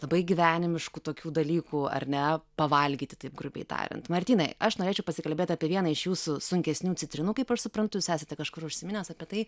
labai gyvenimiškų tokių dalykų ar ne pavalgyti taip grubiai tariant martynai aš norėčiau pasikalbėt apie vieną iš jūsų sunkesnių citrinų kaip aš suprantu jūs esate kažkur užsiminęs apie tai